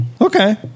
Okay